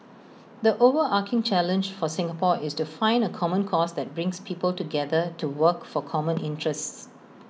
the overarching challenge for Singapore is to find A common cause that brings people together to work for common interests